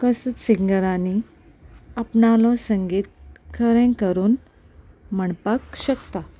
कसत सिंगरांनी आपणालो संगीत खरें करून म्हणपाक शकता